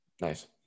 nice